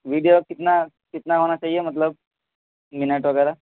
video کتنا کتنا ہونا چاہیے مطلب منٹ وغیرہ